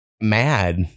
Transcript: mad